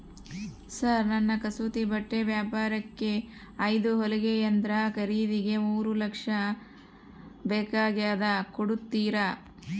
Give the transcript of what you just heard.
Sir ನನ್ನ ಕಸೂತಿ ಬಟ್ಟೆ ವ್ಯಾಪಾರಕ್ಕೆ ಐದು ಹೊಲಿಗೆ ಯಂತ್ರ ಖರೇದಿಗೆ ಮೂರು ಲಕ್ಷ ಸಾಲ ಬೇಕಾಗ್ಯದ ಕೊಡುತ್ತೇರಾ?